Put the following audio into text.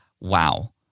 wow